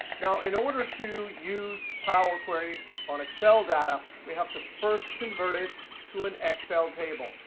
now in order to use power query on excel data, we have to first convert it to an excel table.